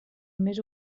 més